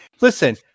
listen